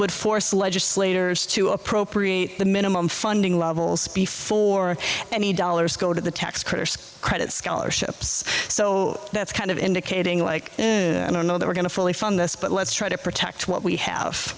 would force legislators to appropriate the minimum funding levels before any dollars go to the tax credit credit scholarships so that's kind of indicating like i don't know that we're going to fully fund this but let's try to protect what we have